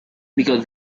because